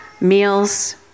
Meals